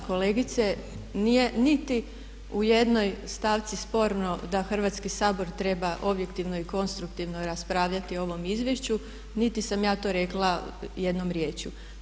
Dapače kolegice, nije niti u jednoj stavci sporno da Hrvatski sabor treba objektivno i konstruktivno raspravljati o ovom izvješću niti sam to ja rekla jednom riječju.